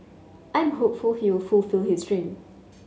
I'm hopeful he will fulfil his dream